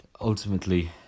ultimately